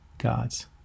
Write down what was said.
gods